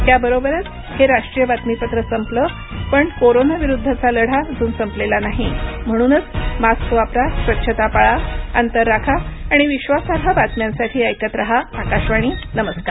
याबरोबरच हे राष्ट्रीय बातमीपत्र सपल पण कोरोनाविरुद्धचा लढा अजून सपलेला नाही म्हणूनच मास्क वापरा स्वच्छता पाळा अंतर राखा आणि विश्वासार्ह बातम्यांसाठी ऐकत रहा आकाशवाणी नमस्कार